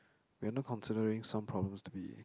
we're not considering some problems to be